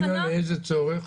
אלא לאיזה צורך?